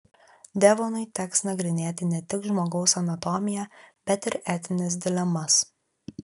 devonui teks nagrinėti ne tik žmogaus anatomiją bet ir etines dilemas